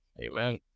Amen